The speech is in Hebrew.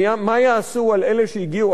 ומה יעשו עם אלה שהגיעו,